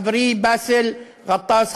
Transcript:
חברי באסל גטאס,